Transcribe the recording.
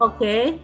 Okay